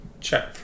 Check